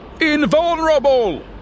Invulnerable